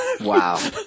Wow